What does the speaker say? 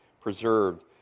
preserved